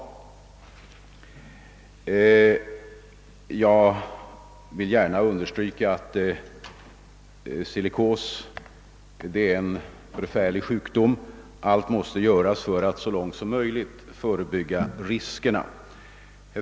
Jag vill gärna understryka att silikos är en svår sjukdom. Allt måste göras för att så långt som möjligt förebygga riskerna.